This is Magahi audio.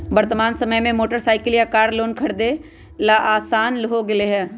वर्तमान समय में मोटर साईकिल या कार लोन लेकर खरीदे ला आसान हो गयले है